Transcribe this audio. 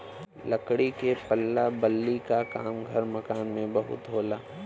लकड़ी के पल्ला बल्ली क काम घर मकान में बहुत होला